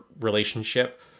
relationship